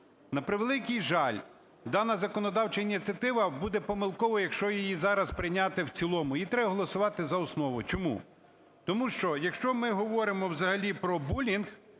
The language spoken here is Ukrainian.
На превеликий жаль, дана законодавча ініціатива буде помилковою, якщо її зараз прийняти в цілому, її треба голосувати за основу. Чому? Тому що, якщо ми говоримо взагалі про булінг,